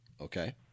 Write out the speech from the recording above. okay